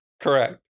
Correct